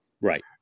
Right